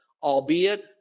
albeit